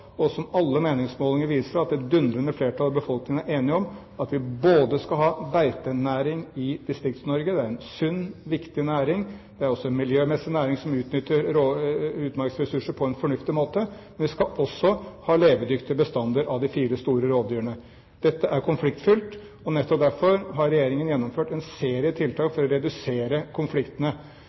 som alle meningsmålinger viser at et dundrende flertall i befolkningen er enig om, er at vi skal ha beitenæring i Distrikts-Norge. Det er en sunn, viktig næring. Det er også en miljømessig næring, som utnytter utmarksressurser på en fornuftig måte. Men vi skal også ha levedyktige bestander av de fire store rovdyrene. Dette er konfliktfylt, og nettopp derfor har regjeringen gjennomført en serie tiltak for å redusere konfliktene.